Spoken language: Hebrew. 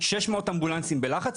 60 אמבולנסים בלחץ,